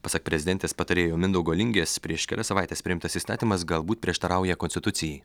pasak prezidentės patarėjo mindaugo lingės prieš kelias savaites priimtas įstatymas galbūt prieštarauja konstitucijai